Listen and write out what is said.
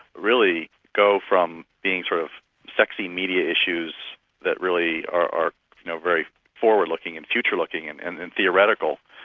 really go from being sort of sexy media issues that really are are you know very forward-looking and future-looking, and and and theoretical,